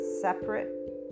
separate